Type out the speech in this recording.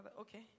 Okay